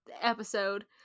episode